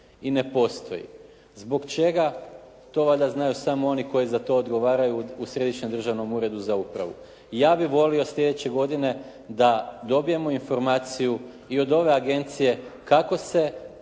i ne postoji. Zbog čega? To valjda znaju samo oni koji za to odgovaraju u Središnjem državnom uredu za upravu. I ja bih volio sljedeće godine da dobijemo informaciju i od ove agencije kako se,